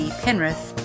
penrith